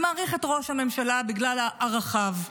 שמעריך את ראש הממשלה בגלל ערכיו.